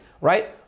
right